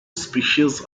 species